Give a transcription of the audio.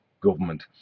government